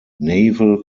naval